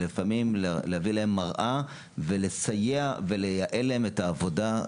אלא לפעמים להציב להם מראה ולסייע ולייעל להם את העבודה.